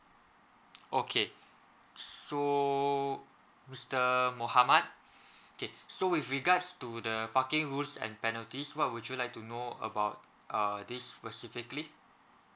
okay so mister mohamad okay so with regards to the parking rules and penalties what would you like to know about uh this specifically